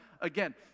again